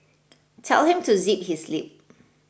tell him to zip his lip